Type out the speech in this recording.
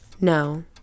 No